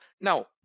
Now